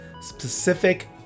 specific